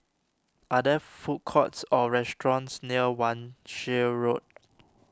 are there food courts or restaurants near Wan Shih Road